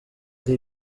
ari